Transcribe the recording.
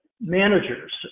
managers